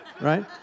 Right